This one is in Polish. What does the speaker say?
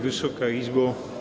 Wysoka Izbo!